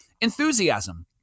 enthusiasm